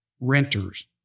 renters